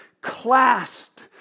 clasped